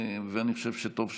ואני חושב שטוב שכך.